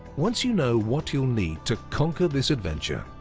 once you know what you'll need to conquer this adventure,